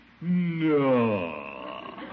No